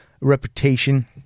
reputation